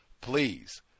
please